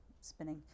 spinning